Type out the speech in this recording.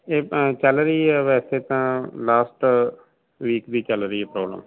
ਇਹ ਚੱਲ ਰਹੀ ਹੈ ਵੈਸੇ ਤਾਂ ਲਾਸਟ ਵੀਕ ਵੀ ਚੱਲ ਰਹੀ ਹੈ ਪ੍ਰੋਬਲਮ